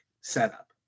setup